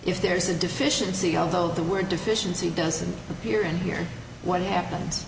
if there's a deficiency although the word deficiency doesn't appear in here what happens